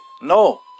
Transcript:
No